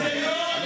נו.